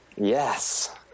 Yes